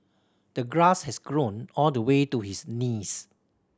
the grass has grown all the way to his knees